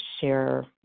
share